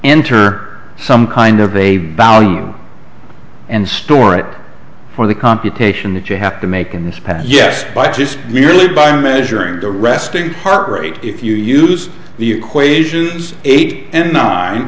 enter some kind of a value and store it for the computation that you have to make and pass yes by just merely by measuring the resting heart rate if you use the equations eight and nine